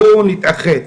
בואו נתאחד.